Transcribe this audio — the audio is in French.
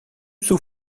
sous